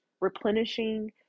replenishing